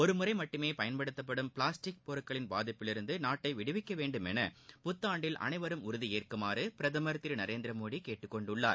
ஒருமுறை மட்டுமே பயன்படுத்தப்படும் பிளாஸ்டிக் பொருட்களின் பாதிப்பிலிருந்து நாட்டை விடுவிக்க வேண்டுமேன புத்தாண்டில் அனைவரும் உறுதியேற்குமாறு பிரதமர் திரு நரேந்திர மோடி கேட்டுக் கொண்டுள்ளார்